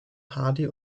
hardy